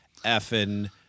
effing